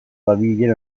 dabilen